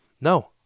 No